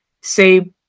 say